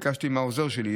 ביקשתי מהעוזר שלי,